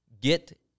Get